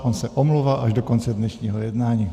On se omlouvá až do konce dnešního jednání.